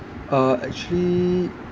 uh actually